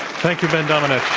thank you, ben domenech.